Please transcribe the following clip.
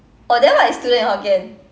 oh then what is student in hokkien